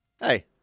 Hey